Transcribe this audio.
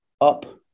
up